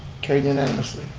carried unanimously,